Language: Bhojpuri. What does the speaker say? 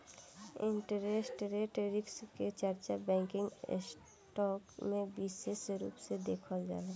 इंटरेस्ट रेट रिस्क के चर्चा बैंकिंग सेक्टर में बिसेस रूप से देखल जाला